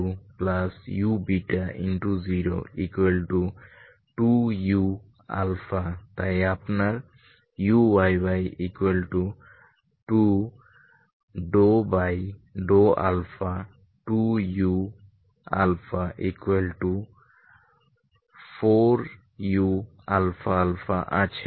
uyuyuyu2u02uতাই আপনার uyy2∂α2u4uαα আছে